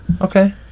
Okay